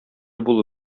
булу